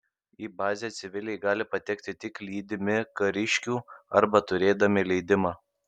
į bazę civiliai gali patekti tik lydimi kariškių arba turėdami leidimą